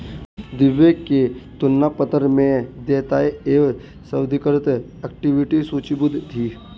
दिव्या के तुलन पत्र में देयताएं एवं स्वाधिकृत इक्विटी सूचीबद्ध थी